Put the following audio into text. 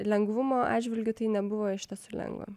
lengvumo atžvilgiu tai nebuvo iš tiesų lengva